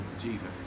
Jesus